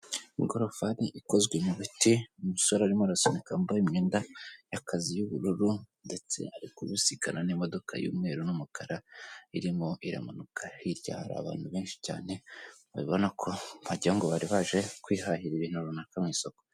Ingorofani ikozwe mu biti, umusore arimo arasunika yambaye imyenda y'akazi y'ubururu ndetse ari kubisikana n'imodoka y'umweru n'umukara, irimo iramanuka, hirya hari abantu benshi cyane, ubona ko wagira ngo bari baje kwihahira ibintu runaka mu isoko.